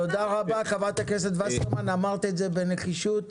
תודה רבה חברת הכנסת וסרמן, אמרת את זה בנחישות.